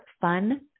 fun